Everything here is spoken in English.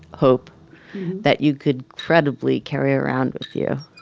hope that you could credibly carry around with you